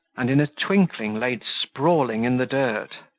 and in a twinkling laid sprawling in the dirt.